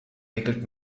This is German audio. wickelt